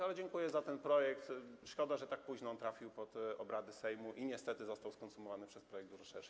Ale dziękuję za ten projekt, szkoda, że tak późno on trafił pod obrady Sejmu i niestety został skonsumowany przez projekt dużo szerszy.